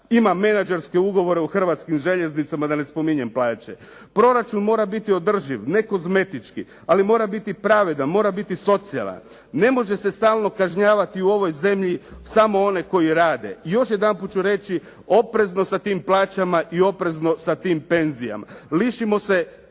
ima menadžerske ugovore u Hrvatskim željeznicama, da ne spominjem plaće. Proračun mora biti održiv, ne kozmetički, ali mora biti pravedan, mora biti socijalan. Ne može se stalno kažnjavati u ovoj zemlji samo one koji rade. Još jedanput ću reći, oprezno sa tim plaćama i oprezno sa tim penzijama. Lišimo se